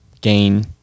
gain